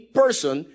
person